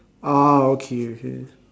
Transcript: ah okay okay